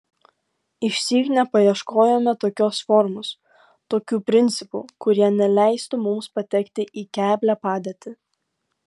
išsyk nepaieškojome tokios formos tokių principų kurie neleistų mums patekti į keblią padėtį